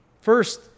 First